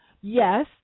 Yes